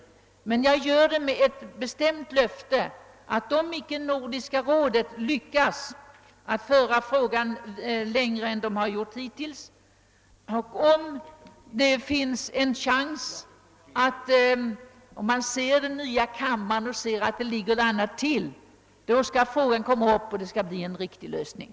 Jag gör det med ett bestämt löfte, att om icke Nordiska rådet lyckas föra frågan längre än hittills och om det finns en chans att saken ligger annorlunda till i den nya kammaren, då skall frå gan åter tas upp och få en riktig lösning.